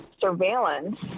surveillance